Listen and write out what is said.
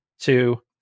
Two